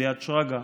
אליעד שרגא,